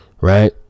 right